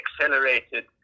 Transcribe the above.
accelerated